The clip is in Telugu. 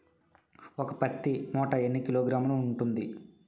ఒక పత్తి మూట ఎన్ని కిలోగ్రాములు ఉంటుంది?